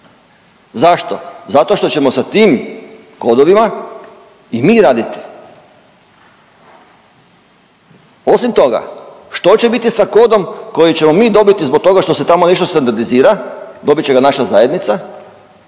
Zašto? Zato što ćemo sa tim kodovima i mi raditi. Osim toga, što će biti sa kodom koji ćemo mi dobiti zbog toga što se tamo išlo standardizira, dobit će ga naša zajednica